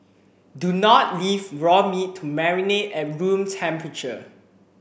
do not leave raw meat to marinate at room temperature